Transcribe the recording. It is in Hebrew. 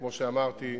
כמו שאמרתי,